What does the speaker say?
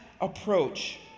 approach